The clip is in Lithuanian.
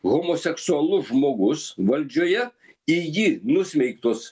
homoseksualus žmogus valdžioje į jį nusmeigtos